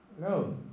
No